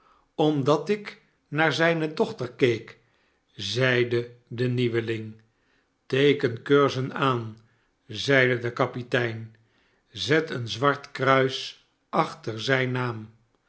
omdat ik naar zijne dochter keek zeide de nieuweling steeken curzon aan zeide de kapitein szet een zwart kruis achter zijn naam